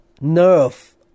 nerve